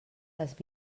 les